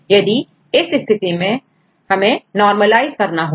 अतः इस स्थिति में हमें नॉर्मल आइज करना होगा